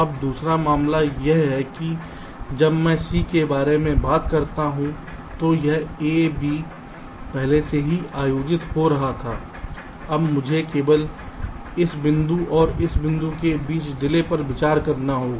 अब दूसरा मामला यह है कि जब मैं C के बारे में बात करता हूं तो यह A B पहले से ही आयोजित हो रहा था अब मुझे केवल इस बिंदु और इस बिंदु के बीच डिले पर विचार करना होगा